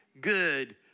good